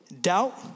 doubt